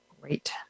Great